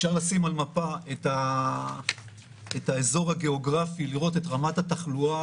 אפשר לשים על מפה את האזור הגאוגרפי לראות את רמת התחלואה,